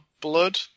blood